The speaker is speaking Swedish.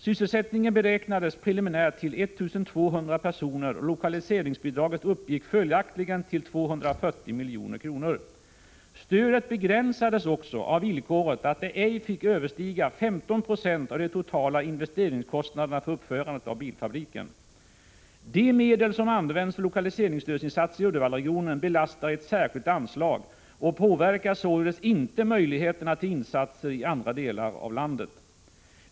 Sysselsättningen beräknades preliminärt till 1200 personer och lokaliseringsbidraget uppgick följaktligen till 240 milj.kr. Stödet begränsades också av villkoret att det ej fick överstiga 15 26 av de totala investeringskostnaderna för uppförandet av bilfabriken. De medel som används för lokaliseringsstödsinsatser i Uddevallaregionen belastar ett särskilt anslag och påverkar således inte möjligheterna till insatser i andra regioner i landet.